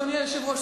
אדוני היושב-ראש,